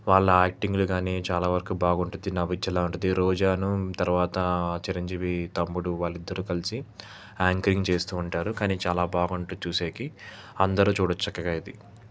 వాళ్ళ యాక్టింగ్లు కానీ చాలా వరకు బాగుంటుంది నవ్వించేలా ఉంటుంది రోజాను తరువాత చిరంజీవి తమ్ముడు వాళ్ళిద్దరూ కలిసి యాంకరింగ్ చేస్తూ ఉంటారు కానీ చాలా బాగుంటుంది చూసేకి అందరూ చూడవచ్చు చక్కగా ఇది